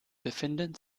befinden